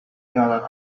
got